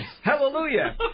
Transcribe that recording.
Hallelujah